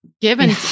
given